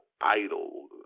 idle